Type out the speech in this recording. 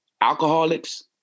alcoholics